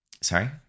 Sorry